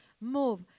move